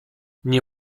nie